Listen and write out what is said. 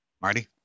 Marty